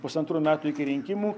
pusantrų metų iki rinkimų